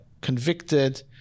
convicted